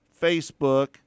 Facebook